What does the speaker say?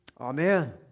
Amen